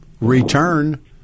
return